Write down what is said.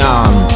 on